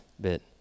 bit